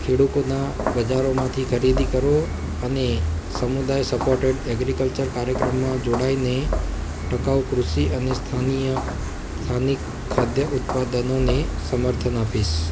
ખેડૂતોનાં બજારોમાંથી ખરીદી કરો અને સમુદાય સપોટેડ અગ્રિકલ્ચર કાર્યક્રમમાં જોડાઈને ટકાઉ કૃષિ અને સ્થાનિય સ્થાનિક ખાદ્ય ઉત્પાદનોને સમર્થન આપીશ